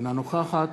אינה נוכחת